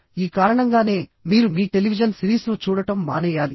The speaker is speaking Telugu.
ఈ కారణంగానే మీరు మీ టెలివిజన్ సిరీస్ను చూడటం మానేయాలి